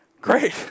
great